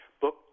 book